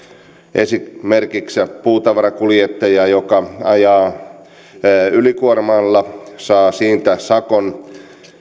esimerkiksi puutavarakuljettaja joka ajaa ylikuormalla saa siitä sakon